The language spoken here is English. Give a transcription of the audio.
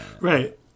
right